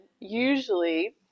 usually